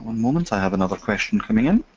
moment, i have another question coming in.